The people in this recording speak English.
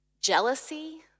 jealousy